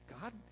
God